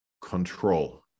control